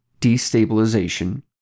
destabilization